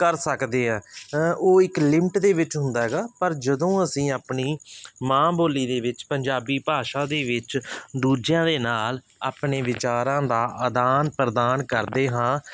ਕਰ ਸਕਦੇ ਹਾਂ ਉਹ ਇੱਕ ਲਿਮਿਟ ਦੇ ਵਿੱਚ ਹੁੰਦਾ ਹੈਗਾ ਪਰ ਜਦੋਂ ਅਸੀਂ ਆਪਣੀ ਮਾਂ ਬੋਲੀ ਦੇ ਵਿੱਚ ਪੰਜਾਬੀ ਭਾਸ਼ਾ ਦੇ ਵਿੱਚ ਦੂਜਿਆਂ ਦੇ ਨਾਲ ਆਪਣੇ ਵਿਚਾਰਾਂ ਦਾ ਆਦਾਨ ਪ੍ਰਦਾਨ ਕਰਦੇ ਹਾਂ